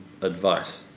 advice